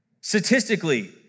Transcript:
Statistically